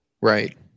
Right